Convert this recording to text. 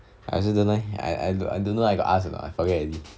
I also don't know eh I I I I don't know I got or not I forget already